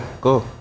go